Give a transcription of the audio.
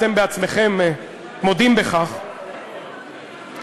אתם עצמכם מודים בכך,